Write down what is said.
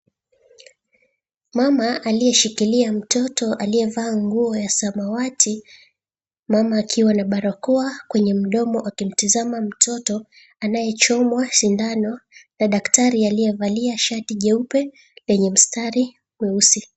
Mama aliyeshikilia mtoto aliyevaa nguo ya samawati, mama akiwa na barakoa kwenye mdomo wakimtizama mtoto anayechomwa sindano na daktari aliyevalia shati jeupe lenye mstari wenye mstari mweusi.